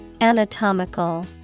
Anatomical